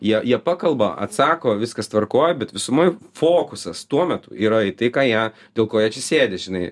jie jie pakalba atsako viskas tvarkoj bet visumoj fokusas tuo metu yra į tai ką jie dėl ko jie čia sėdi žinai